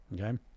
okay